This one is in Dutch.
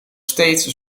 steeds